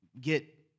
get